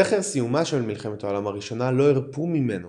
זכר סיומה של מלחמת העולם הראשונה לא הרפה ממנו